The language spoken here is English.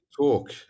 talk